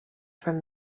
from